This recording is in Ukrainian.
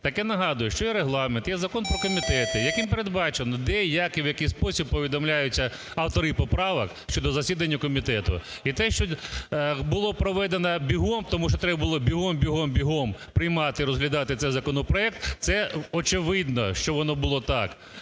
Так я нагадую, що є Регламент, є Закон про комітети, яким передбачено, де, як і в який спосіб повідомляються автори поправок щодо засідання комітету. І те, що було проведено бігом, тому що треба було бігом, бігом приймати і розглядати цей законопроект, це, очевидно, що воно було так.